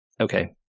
okay